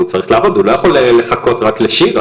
הוא צריך לעבוד, הוא לא יכול לחכות רק לי.